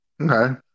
okay